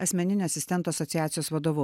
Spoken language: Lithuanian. asmeninio asistento asociacijos vadovu